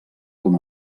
com